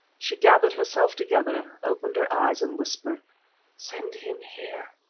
she gathered herself together, opened her eyes and whispered send him here.